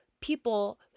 people